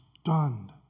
stunned